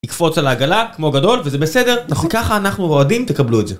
יקפוץ על העגלה כמו גדול וזה בסדר נכון ככה אנחנו האוהדים תקבלו את זה